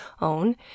own